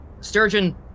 Sturgeon